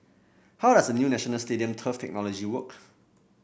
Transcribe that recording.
how does the new National Stadium turf technology work